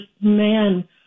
man